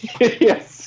Yes